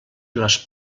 les